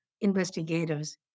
investigators